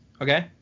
okay